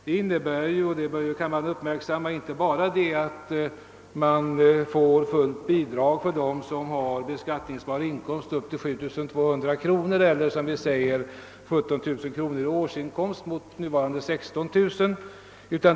Kammaren bör uppmärksamma att detta inte bara innebär att fullt bidrag utgår till den som har beskattningsbar inkomst upp till 7 200 kronor eller, som vi säger, 17.000 kronor i årsinkomst mot nuvarande 16 000 kronor.